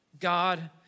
God